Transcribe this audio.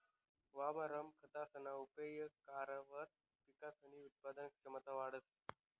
वावरमा खतसना उपेग करावर पिकसनी उत्पादन क्षमता वाढंस